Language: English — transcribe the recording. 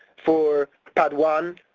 for padd one,